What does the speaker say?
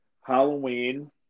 Halloween